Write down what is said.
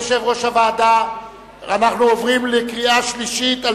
אנחנו עוברים לקריאה שלישית,